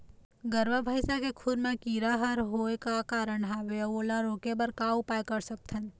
गरवा भैंसा के खुर मा कीरा हर होय का कारण हवए अऊ ओला रोके बर का उपाय कर सकथन?